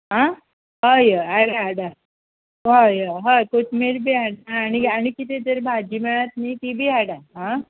आं हय हय हाडा हाडा हय हय हय कोथमीर बी आनी आनी कितें तरी भाजी मेळत न्हय ती बी हाडा आं